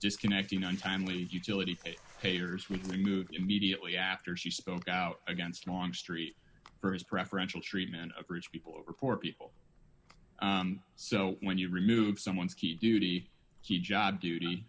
disconnecting untimely utility papers with a move immediately after she spoke out against longstreet for his preferential treatment of rich people over four people so when you remove someone's key duty he job duty